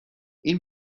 این